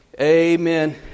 amen